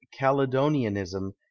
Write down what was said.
caledonianism